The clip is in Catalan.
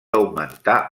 augmentar